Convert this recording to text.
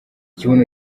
ikibuno